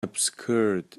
obscured